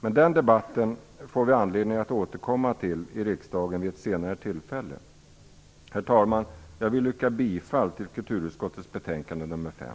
Men den debatten får vi anledning att återkomma till i riksdagen vid ett senare tillfälle. Men detta, herr talman, vill jag yrka bifall till kulturutskottets betänkande nr 5.